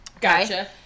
gotcha